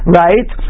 right